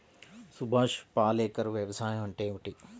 సుభాష్ పాలేకర్ వ్యవసాయం అంటే ఏమిటీ?